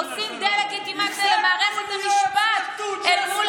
עושים דה-לגיטימציה למערכת המשפט אל מול